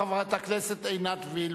חברת הכנסת עינת וילף.